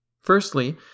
Firstly